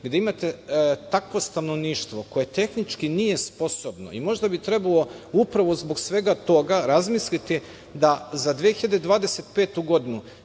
gde imate takvo stanovništvo koje tehnički nije sposobno i možda bi trebalo upravo zbog svega toga razmisliti da za 2025. godinu